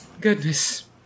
Goodness